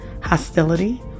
hostility